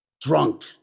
drunk